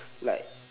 like